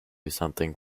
something